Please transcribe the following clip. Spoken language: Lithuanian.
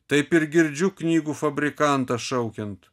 taip ir girdžiu knygų fabrikantą šaukiant